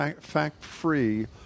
fact-free